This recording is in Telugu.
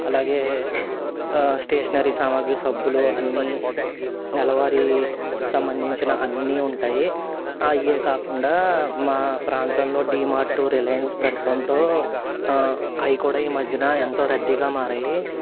అలాగే స్టేషనరీ సామాగ్రి సబ్బులు అన్నీ నెలవారికి సంబంధించిన అన్నీ ఉంటాయి అవే కాకుండా మా ప్రాంతంలో డీమార్టు రిలయన్స్ పెట్టడంతో అవి కూడా ఈ మధ్యన ఎంతో రద్దీగా మారాయి